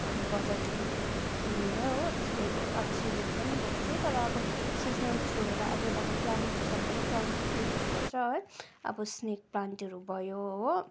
अब बजारदेखिको किनेर हो त्यस्तो अब सिजनल पनि रोप्छु तर अब सिजनल छोडेर अहिले त अब प्लान्ट सबले प्लान्ट प्रिफर गर्छ है अब स्नेक प्लान्टहरू भयो हो